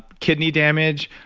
kidney damage,